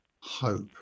Hope